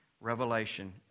revelation